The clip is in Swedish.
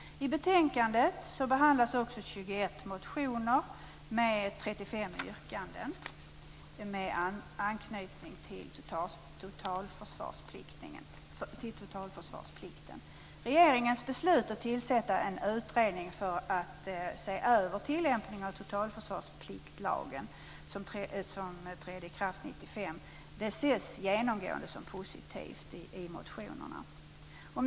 I betänkandet behandlas 21 motioner med 35 yrkanden med anknytning till totalförsvarsplikten. Regeringens beslut att tillsätta en utredning för att se över tillämpningen av totalförsvarspliktlagen, som trädde i kraft 1995, uppfattas i motionerna genomgående som positivt.